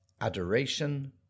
Adoration